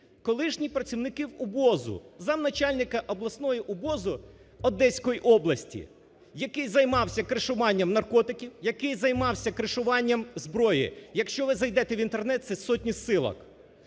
колишні працівники УБОЗ, замначальника обласного УБОЗ Одеської області, який займався кришуванням наркотиків, який займався кришування зброї, якщо ви зайдете в Інтернет, це сотні зсилок.